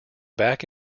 back